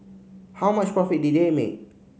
how much profit did they make